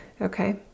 okay